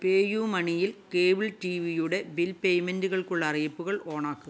പേയുമണിയിൽ cable ടി വിയുടെ bill പേയ്മെന്റുകൾക്കുള്ള അറിയിപ്പുകൾ ഓണാക്കുക